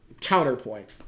counterpoint